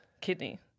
Kidney